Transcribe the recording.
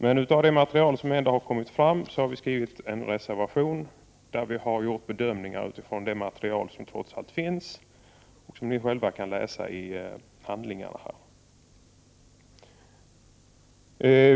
Med utgångspunkt i det material som ändå har kommit fram har vi gjort våra bedömningar och skrivit en reservation. Ni kan själva läsa detta i handlingarna.